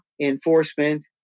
enforcement